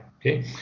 okay